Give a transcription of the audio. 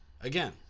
Again